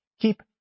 Keep